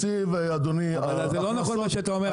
אבל זה לא נכון מה שאתה אומר,